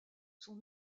sont